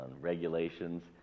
Regulations